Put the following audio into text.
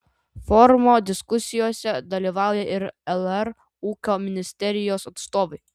forumo diskusijose dalyvauja ir lr ūkio ministerijos atstovai